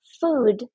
food